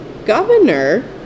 governor